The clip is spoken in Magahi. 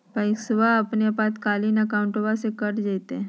पैस्वा अपने आपातकालीन अकाउंटबा से कट जयते?